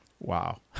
Wow